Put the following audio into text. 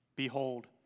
Behold